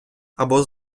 або